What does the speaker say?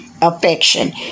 affection